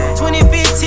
2015